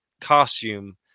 costume